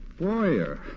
Boyer